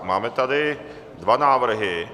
Máme tady dva návrhy.